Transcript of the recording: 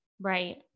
Right